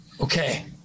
okay